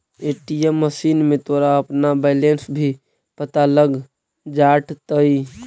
ATM machine में तोरा अपना बैलन्स भी पता लग जाटतइ